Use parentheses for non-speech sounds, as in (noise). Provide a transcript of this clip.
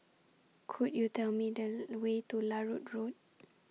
Could YOU Tell Me The (noise) Way to Larut Road